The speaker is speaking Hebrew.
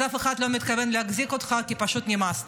אז אף אחד לא מתכוון להחזיק אותך, כי פשוט נמאסת.